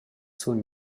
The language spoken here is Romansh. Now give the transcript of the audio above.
sun